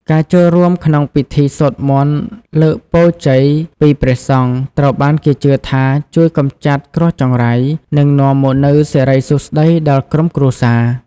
ការចូលរួមក្នុងពិធីសូត្រមន្តលើកពរជ័យពីព្រះសង្ឃ ត្រូវបានគេជឿថាជួយកម្ចាត់គ្រោះចង្រៃ និងនាំមកនូវសិរីសួស្តីដល់ក្រុមគ្រួសារ។